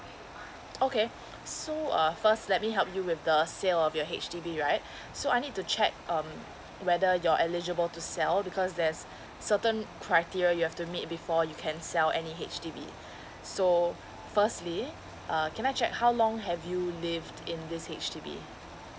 okay so uh first let me help you with the sale of your H_D_B right so I need to check um whether you're eligible to sell because there's certain criteria you have to meet before you can sell any H_D_B so firstly uh can I check how long have you lived in this H_D_B